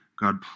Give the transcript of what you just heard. God